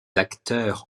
acteurs